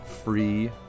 Free